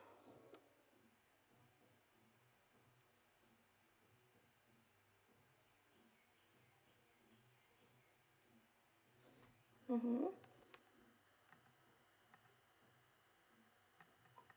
mmhmm